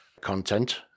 content